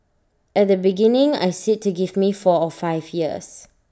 at the beginning I said to give me four or five years